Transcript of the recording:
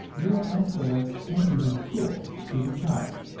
you are unfair and even cruel to the child.